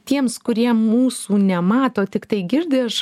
tiems kurie mūsų nemato tiktai girdi aš